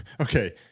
okay